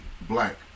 black